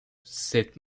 cette